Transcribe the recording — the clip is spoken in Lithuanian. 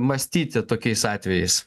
mąstyti tokiais atvejais